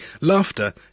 laughter